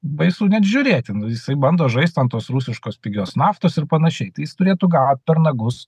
baisu net žiūrėti nu jisai bando žaist ant tos rusiškos pigios naftos ir panašiai tai jis turėtų gaut per nagus